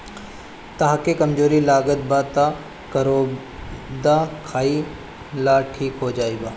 तहके कमज़ोरी लागत बा तअ करौदा खाइ लअ ठीक हो जइब